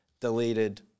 deleted